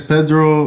Pedro